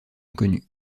inconnue